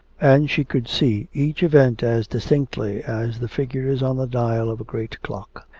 and she could see each event as distinctly as the figures on the dial of a great clock.